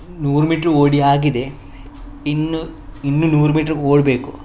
ನೂರು ಮೀಟ್ರ್ ಓಡಿ ಆಗಿದೆ ಇನ್ನು ಇನ್ನೂ ನೂರು ಮೀಟ್ರ್ ಓಡಬೇಕು